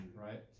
Right